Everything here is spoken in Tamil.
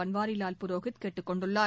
பள்வாரிலால் புரோஹித் கேட்டுக் கொண்டுள்ளார்